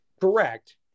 Correct